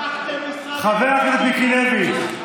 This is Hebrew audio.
לקחתם משרד, חבר הכנסת מיקי לוי.